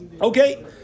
Okay